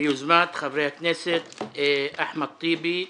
ביוזמת חברי הכנסת אחמד טיבי,